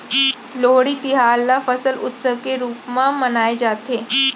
लोहड़ी तिहार ल फसल उत्सव के रूप म मनाए जाथे